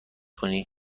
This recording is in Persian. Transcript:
کنی